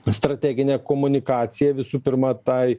strateginę komunikacija visų pirma tai